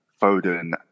Foden